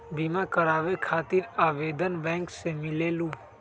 बिमा कराबे खातीर आवेदन बैंक से मिलेलु?